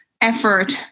effort